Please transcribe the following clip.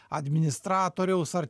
administratoriaus ar